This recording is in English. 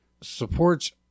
supports